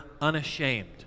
unashamed